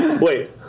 Wait